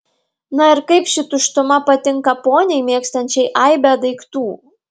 na ir kaip ši tuštuma patinka poniai mėgstančiai aibę daiktų